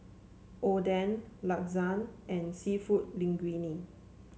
Oden Lasagne and seafood Linguine